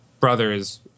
brothers